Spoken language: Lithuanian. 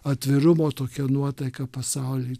atvirumo tokia nuotaika pasaulį